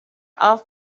off